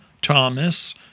Thomas